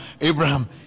Abraham